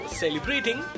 celebrating